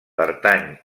pertany